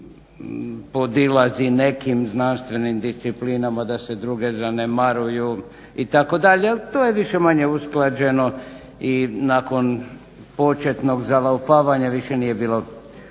podilazi nekim znanstvenim disciplinama, da se druge zanemaruju itd. ali to je više manje-više usklađeno i nakon početnog zalaufavanja više nije bilo